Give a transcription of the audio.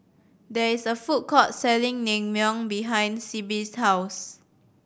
there is a food court selling Naengmyeon behind Sibbie's house